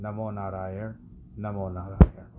नमो नारायण, नमो नारायण।